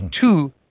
two